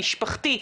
המשפחתי,